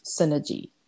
synergy